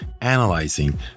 analyzing